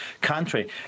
country